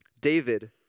David